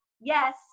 yes